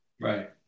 Right